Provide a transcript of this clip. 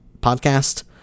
podcast